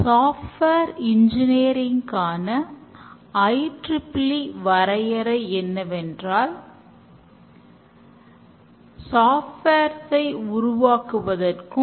எனவே இது test driven development இதில் coding செய்யப்படும் முன்னே டெஸ்ட் மாதிரிகள் எழுதப்படும்